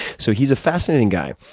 so, he's a fascinating guy.